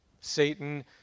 Satan